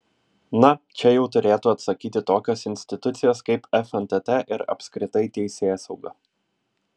na čia jau turėtų atsakyti tokios institucijos kaip fntt ir apskritai teisėsauga